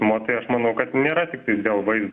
matai aš manau kad nėra tiktai dėl vaizdo